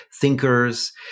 thinkers